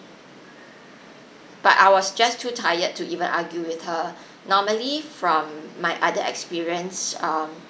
but I was just too tired to even argue with her normally from my other experience um